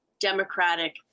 democratic